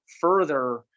further